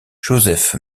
joseph